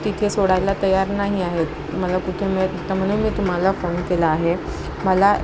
तिथे सोडायला तयार नाही आहेत मला कुठे मिळत नव्हतं म्हणून मी तुम्हाला फोन केला आहे मला